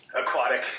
Aquatic